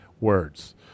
Words